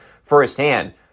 Firsthand